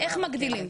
מה מגדילים?